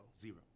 zero